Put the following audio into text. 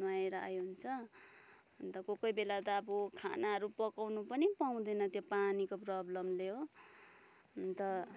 नुहाएर आए हुन्छ अन्त कोही कोही बेला त अब खानाहरू पकाउन पनि पाउँदैन त्यो पानीको प्रब्लमले हो अन्त